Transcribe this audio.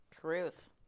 Truth